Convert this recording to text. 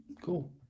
cool